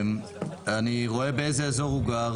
אני רואה באיזה אזור הוא גר,